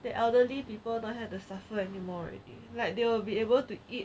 the elderly people don't have to suffer anymore already like they will be able to eat